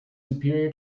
superior